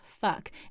fuck